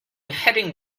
heading